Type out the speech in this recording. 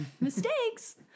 mistakes